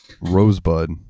Rosebud